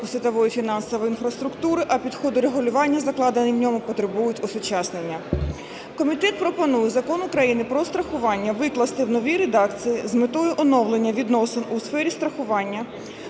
світової фінансової інфраструктури, а підходи регулювання, закладені в ньому, потребують осучаснення. Комітет пропонує Закон України "Про страхування" викласти в новій редакції з метою оновлення відносин у сфері страхування